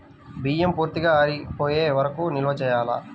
బియ్యం పూర్తిగా ఆరిపోయే వరకు నిల్వ చేయాలా?